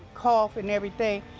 cough, and everything.